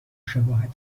شباهت